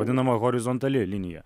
vadinama horizontalia linija